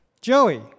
Joey